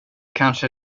kanske